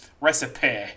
recipe